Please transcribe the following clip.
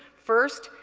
first,